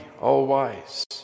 all-wise